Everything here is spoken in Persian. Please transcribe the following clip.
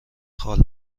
خال